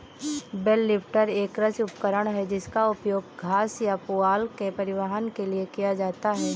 bell lifter एक कृषि उपकरण है जिसका उपयोग घास या पुआल के परिवहन के लिए किया जाता है